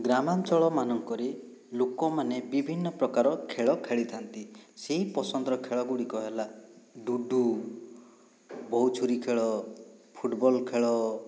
ଗ୍ରାମାଞ୍ଚଳ ମାନଙ୍କରେ ଲୋକମାନେ ବିଭିନ୍ନ ପ୍ରକାର ଖେଳ ଖେଳିଥା'ନ୍ତି ସେହି ପସନ୍ଦର ଖେଳ ଗୁଡ଼ିକ ହେଲା ଡୁଡୁ ବୋହୁ ଚୋରୀ ଖେଳ ଫୁଟବଲ ଖେଳ